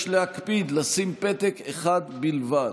יש להקפיד לשים פתק אחד בלבד.